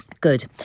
Good